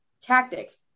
tactics